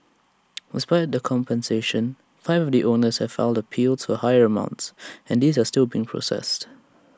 despite the compensation five of the owners have filed appeals for higher amounts and these are still being processed